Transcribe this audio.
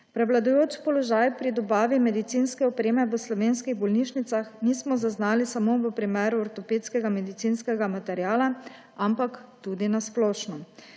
Prevladujočega položaja pri dobavi medicinske opreme v slovenskih bolnišnicah nismo zaznali samo v primeru ortopedskega medicinskega materiala, ampak tudi na splošno.